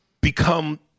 become